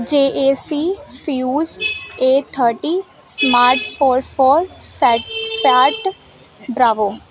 ਜੇ A C fuse ਏ thirty smart four four set start ਡਰਾਵੋ